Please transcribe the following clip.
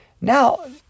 Now